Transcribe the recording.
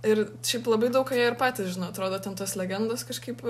ir šiaip labai daug ką jie ir patys žino atrodo ten tos legendos kažkaip